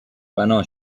بنا